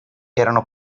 erano